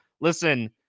listen